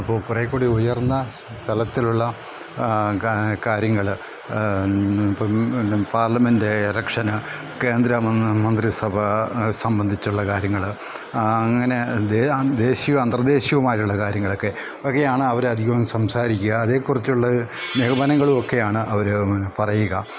ഇപ്പോൾ കുറേക്കൂടി ഉയർന്ന സ്ഥലത്തിലുള്ള കാ കാര്യങ്ങൾ പാർലമെൻറ്റ് എലക്ഷന് കേന്ദ്ര മന്ത്രിസഭ സംബന്ധിച്ചുള്ള കാര്യങ്ങൾ അങ്ങനത്തെ ദേശ്യവും അന്തർദേശ്യവുമായിട്ടുള്ള കാര്യങ്ങൾ ഒക്കെ ഒക്കെയാണ് അവർ അധികവും സംസാരിക്കുക അതേക്കുറിച്ചുള്ള നിഗമനങ്ങളും ഒക്കെയാണ് അവർ പറയുക